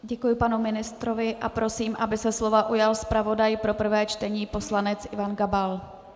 Děkuji panu ministrovi a prosím, aby se slova ujal zpravodaj pro prvé čtení poslanec Ivan Gabal.